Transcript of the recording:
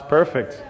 Perfect